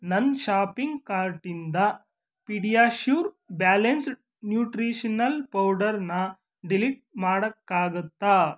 ನನ್ನ ಷಾಪಿಂಗ್ ಕಾರ್ಟಿಂದ PediaSure balanced nutritional ಪೌಡರನ್ನ ಡಿಲೀಟ್ ಮಾಡೋಕ್ಕಾಗತ್ತಾ